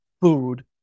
food